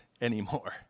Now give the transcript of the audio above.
anymore